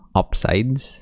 upsides